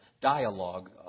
dialogue